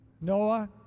Noah